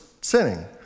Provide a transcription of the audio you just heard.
sinning